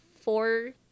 four